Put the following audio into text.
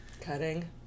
Cutting